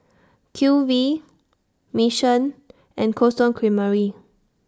Q V Mission and Cold Stone Creamery